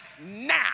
now